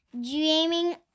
dreaming